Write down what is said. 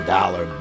Dollar